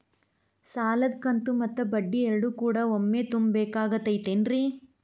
ಸಾಲದ ಕಂತು ಮತ್ತ ಬಡ್ಡಿ ಎರಡು ಕೂಡ ಒಮ್ಮೆ ತುಂಬ ಬೇಕಾಗ್ ತೈತೇನ್ರಿ?